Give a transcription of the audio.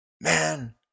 Man